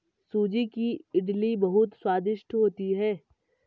सूजी की इडली बहुत स्वादिष्ट होती है